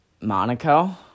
Monaco